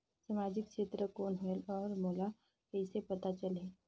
समाजिक क्षेत्र कौन होएल? और मोला कइसे पता चलही?